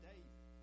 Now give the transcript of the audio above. David